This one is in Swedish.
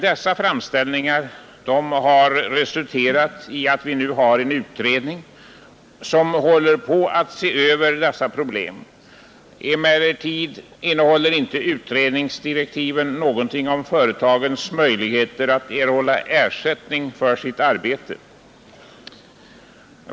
Dessa framställningar har resulterat i en utredning, som nu håller på att se över dessa problem. Emellertid innehåller inte utredningsdirektiven något om företagens möjligheter att erhålla ersättning för sitt arbete.